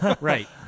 right